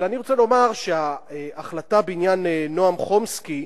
אבל אני רוצה לומר שההחלטה בעניין נועם חומסקי,